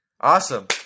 Awesome